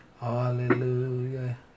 Hallelujah